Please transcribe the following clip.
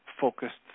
focused